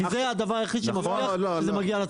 כי זה הדבר היחיד שמגיע לצרכן.